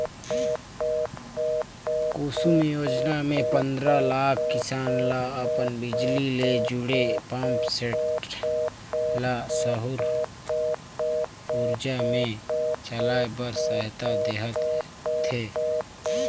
कुसुम योजना मे पंदरा लाख किसान ल अपन बिजली ले जुड़े पंप सेट ल सउर उरजा मे चलाए बर सहायता देह थे